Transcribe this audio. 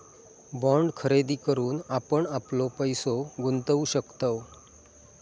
bond खरेदी करून आपण आपलो पैसो गुंतवु शकतव